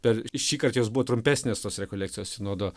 per šįkart jos buvo trumpesnės tos rekolekcijos sinodo